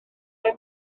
neu